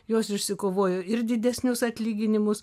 jos išsikovojo ir didesnius atlyginimus